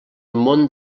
mont